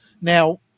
Now